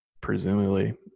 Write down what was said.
presumably